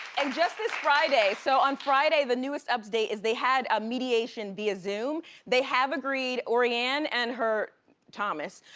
and just this friday. so on friday, the newest update is they had a mediation via zoom they have agreed, orianne and her thomas.